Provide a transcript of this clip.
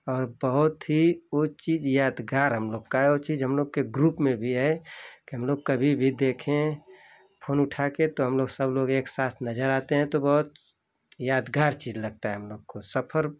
और बहुत ही वो चीज यादगार हम लोग का है ओ चीज हम लोग के ग्रुप में भी है कि हम लोग कभी भी देखें फोन उठा कर तो हम लोग सब लोग एक साथ नजर आते हैं तो बहुत यादगार चीज लगता है हम लोग को सफर